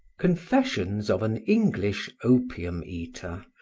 confessions of an english opium-eater,